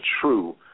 true